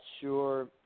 sure